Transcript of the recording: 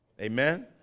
Amen